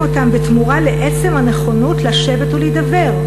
בתמורה לעצם הנכונות לשבת ולהידבר.